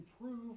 improve